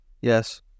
Yes